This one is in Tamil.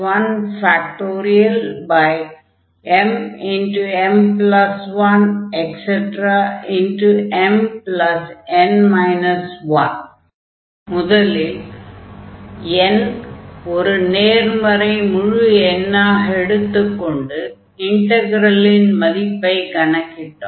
mm1mn 1 முதலில் n ஐ ஒரு நேர்மறை முழு எண்ணாக எடுத்துக் கொண்டு இன்டக்ரலின் மதிப்பைக் கணக்கிட்டோம்